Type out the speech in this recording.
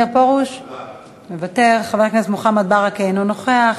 פרוש, מוותר, חבר הכנסת מוחמד ברכה, אינו נוכח,